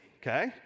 Okay